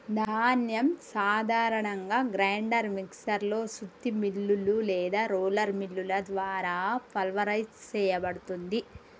ధాన్యం సాధారణంగా grinder mixer లో సుత్తి మిల్లులు లేదా రోలర్ మిల్లుల ద్వారా పల్వరైజ్ సేయబడుతుంది